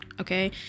okay